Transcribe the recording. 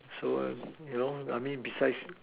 so ah ya lor I mean besides